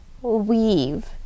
weave